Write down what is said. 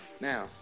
Now